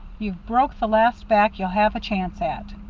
you've broke the last back you'll have a chance at.